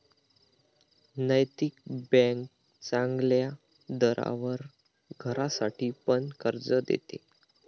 नैतिक बँक चांगल्या दरावर घरासाठी पण कर्ज देते